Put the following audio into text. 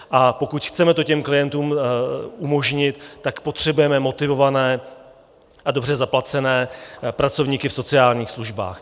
A pokud to chceme klientům umožnit, tak potřebujeme motivované a dobře zaplacené pracovníky v sociálních službách.